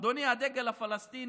אדוני, הדגל הפלסטיני,